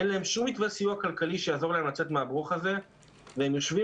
אין להם כל סיוע כלכלי שיעזור להם לצאת מהברוך הזה והם יושבים